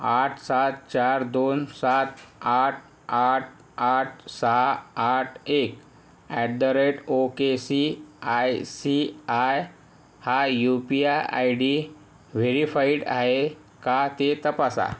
आठ सात चार दोन सात आठ आठ आठ सहा आठ एक at the rate O K C I C I हा U P I I D verified आहे का ते तपासा